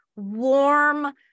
Warm